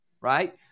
right